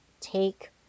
take